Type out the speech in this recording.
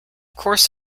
course